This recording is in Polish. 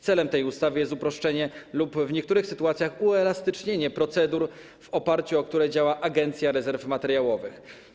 Celem tej ustawy jest uproszczenie lub w niektórych sytuacjach uelastycznienie procedur, w oparciu o które działa Agencja Rezerw Materiałowych.